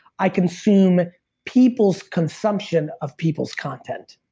i consume people's consumption of people's content.